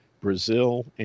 Brazil